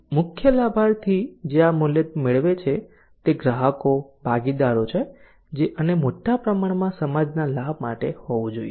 મુખ્ય લાભાર્થી જે આ મૂલ્ય મેળવે છે તે ગ્રાહકો ભાગીદારો છે અને મોટા પ્રમાણમાં સમાજના લાભ માટે હોવું જોઈએ